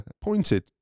pointed